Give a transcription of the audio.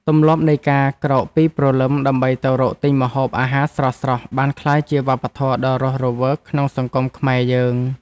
ទម្លាប់នៃការក្រោកពីព្រលឹមដើម្បីទៅរកទិញម្ហូបអាហារស្រស់ៗបានក្លាយជាវប្បធម៌ដ៏រស់រវើកក្នុងសង្គមខ្មែរយើង។